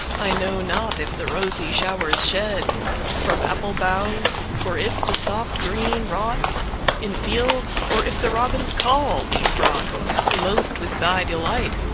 i know not if the rosy showers shed from apple-boughs, or if the soft green wrought in fields, or if the robin's call be fraught the most with thy delight.